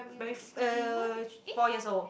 primary uh four years old